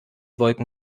wolken